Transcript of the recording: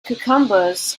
cucumbers